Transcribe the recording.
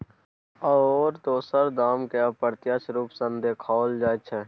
आओर दोसर दामकेँ अप्रत्यक्ष रूप सँ देखाओल जाइत छै